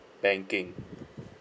banking